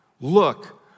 look